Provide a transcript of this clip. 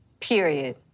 Period